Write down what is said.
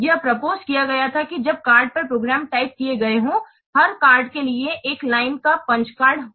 यह प्रोपोसड किया गया था कि जब कार्ड पर प्रोग्राम टाइप किए गए हों हर कार्ड क लिए एक लाइन का पंच कार्ड हो